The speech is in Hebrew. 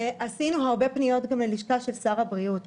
ועשינו גם הרבה פניות ללשכת שר הבריאות.